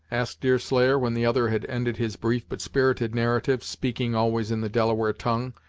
asked deerslayer, when the other had ended his brief but spirited narrative, speaking always in the delaware tongue,